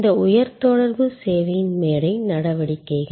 இந்த உயர் தொடர்பு சேவையின் மேடை நடவடிக்கைகள்